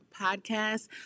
podcast